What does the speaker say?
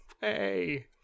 Hey